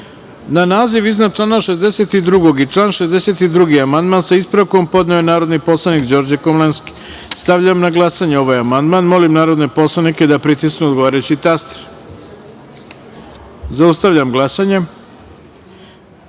naziv iznad člana 64. i član 64. amandman, sa ispravkom, podneo je narodni poslanik Đorđe Komlenski. Stavljam na glasanje ovaj amandman. Molim narodne poslanike da pritisnu odgovarajući taster na poslaničkoj